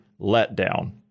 letdown